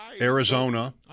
Arizona